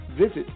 Visit